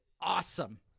awesome